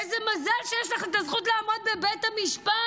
איזה מזל שיש לך את הזכות לעמוד בבית המשפט.